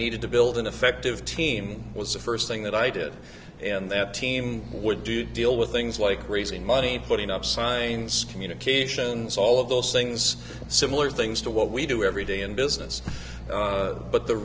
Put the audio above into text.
needed to build an effective team was the first thing that i did and that team would do deal with things like raising money putting up signs communications all of those things similar things to what we do every day in business but the